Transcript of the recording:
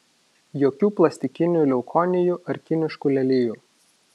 jokių plastikinių leukonijų ar kiniškų lelijų